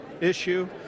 issue